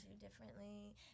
differently